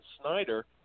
Snyder